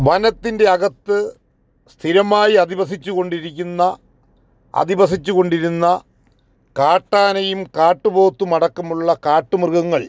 വനത്തിൻ്റെ അകത്ത് സ്ഥിരമായി അധിവസിച്ചുകൊണ്ടിരിക്കുന്ന അധിവസിച്ചുകൊണ്ടിരുന്ന കാട്ടാനയും കാട്ടുപോത്തുമടക്കമുള്ള കാട്ടുമൃഗങ്ങൾ